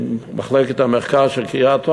מחלקת המחקר של קריית "אונו",